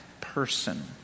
person